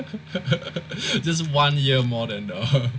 just one year more than